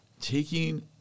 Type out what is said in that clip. taking